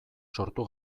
sortu